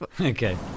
Okay